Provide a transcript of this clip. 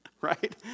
right